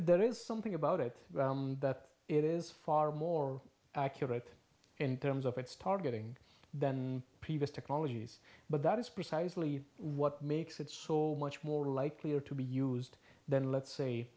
there is something about it that it is far more accurate in terms of its targeting than previous technologies but that is precisely what makes it so much more likely to be used then let's say